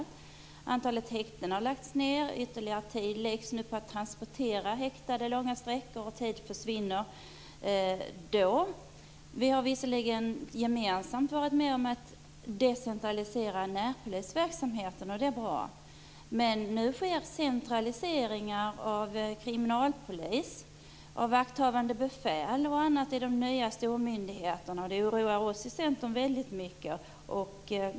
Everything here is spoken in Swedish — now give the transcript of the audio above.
Ett antal häkten har lagts ned, och nu ägnas ytterligare tid åt att transportera häktade långa sträckor. Vi har visserligen gemensamt decentraliserat närpolisverksamheten, vilket är bra, men nu genomförs centraliseringar av kriminalpolis, vakthavande befäl och annat på de nya stormyndigheterna, och det oroar oss i Centern väldigt mycket.